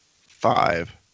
five